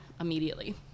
immediately